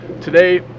Today